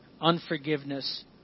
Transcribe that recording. unforgiveness